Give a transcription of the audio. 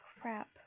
crap